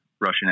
Russian